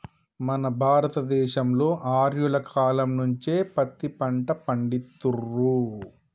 మన భారత దేశంలో ఆర్యుల కాలం నుంచే పత్తి పంట పండిత్తుర్రు